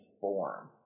form